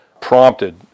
prompted